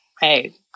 hey